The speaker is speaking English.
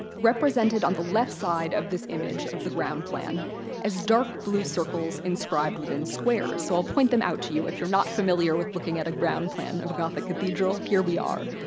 represented on the left side of this image of the ground plan as dark blue circles inscribed within squares. so i'll point them out to you. if you're not familiar with looking at a ground plan of a gothic cathedral, here we are.